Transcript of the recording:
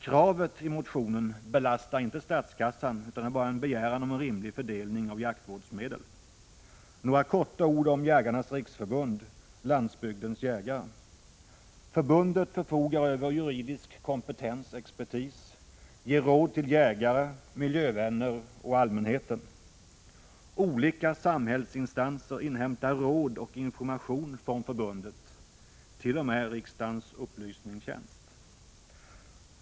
Kravet i motionen belastar inte statskassan, utan det är bara en begäran om en rimlig fördelning av jaktvårdsmedel. Några få ord om Jägarnas riksförbund-Landsbygdens jägare. Förbundet förfogar över juridisk kompetens och expertis och ger råd till jägare, miljövänner och allmänheten. Olika samhällsinstanser, t.o.m. riksdagens utredningstjänst, inhämtar råd och information från förbundet.